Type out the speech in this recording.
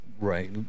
Right